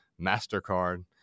Mastercard